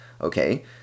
Okay